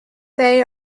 they